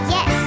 Yes